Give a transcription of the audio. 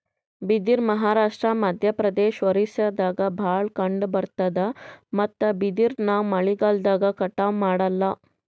ಬಿದಿರ್ ಮಹಾರಾಷ್ಟ್ರ, ಮಧ್ಯಪ್ರದೇಶ್, ಒರಿಸ್ಸಾದಾಗ್ ಭಾಳ್ ಕಂಡಬರ್ತಾದ್ ಮತ್ತ್ ಬಿದಿರ್ ನಾವ್ ಮಳಿಗಾಲ್ದಾಗ್ ಕಟಾವು ಮಾಡಲ್ಲ